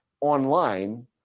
online